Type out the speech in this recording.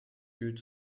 good